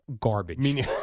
garbage